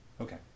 Okay